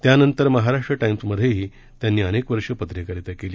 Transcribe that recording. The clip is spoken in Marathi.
त्यानंतर महाराष्ट्र टाइम्समध्येही त्यांनी अनेक वर्षे पत्रकारिता केली